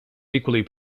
equally